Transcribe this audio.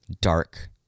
dark